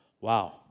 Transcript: Wow